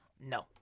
No